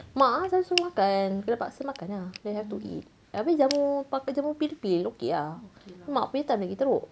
mak lah selalu suruh makan kena paksa makan lah then have to eat habis jamu pakai jamu pill pill okay ah mak punya time lagi teruk jamu macam kena masak punya [tau]